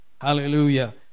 Hallelujah